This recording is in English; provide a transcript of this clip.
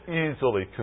easily